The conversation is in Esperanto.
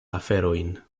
aferojn